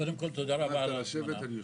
קודם כל תודה רבה על ההזמנה.